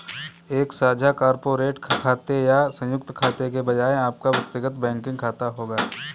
एक साझा कॉर्पोरेट खाते या संयुक्त खाते के बजाय आपका व्यक्तिगत बैंकिंग खाता होगा